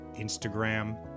Instagram